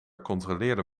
controleerde